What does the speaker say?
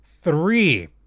three